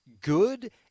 good